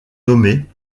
nommés